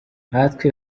nkatwe